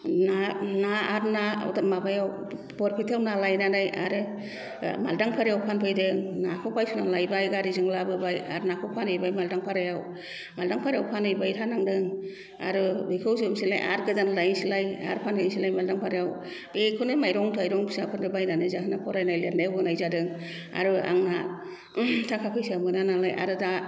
ना ना आरो ना माबायाव बरपेटायाव ना लायनानै आरो मालदांफारायाव फानफैदों नाखौ बायस'ना लायबाय गारिजों लाबोबाय आरो नाखौ फानहैबाय मालदांफारायाव मालदांफारायाव फानहैबाय थानांदों आरो बेखौ जोबसैलाय आरो गोदान लायनोसैलाय आरो फानहैसैलाय मालदांपारायाव बेखौनो माइरं थाइरं फिसाफोरनि बायनानै जाहोनाय फरायनाय लिरनायाव होनाय जादों आरो आंना थाखा फैसा मोना नालाय आरो दा